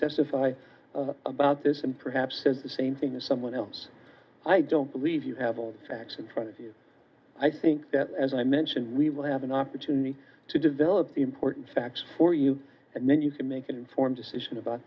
testify about this and perhaps says the same thing as someone else i don't believe you have all the facts in front of you i think as i mentioned we will have an opportunity to develop important facts for you and then you can make an informed decision about